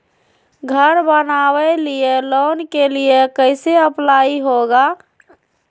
घर बनावे लिय लोन के लिए कैसे अप्लाई होगा?